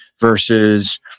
versus